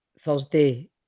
Thursday